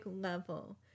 level